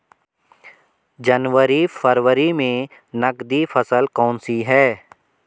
जनवरी फरवरी में नकदी फसल कौनसी है?